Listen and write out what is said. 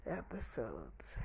episodes